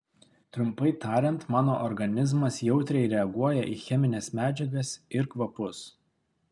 trumpai tariant mano organizmas jautriai reaguoja į chemines medžiagas ir kvapus